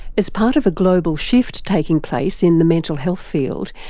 as part of a global shift taking place in the mental health field,